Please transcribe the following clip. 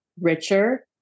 richer